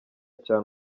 cyane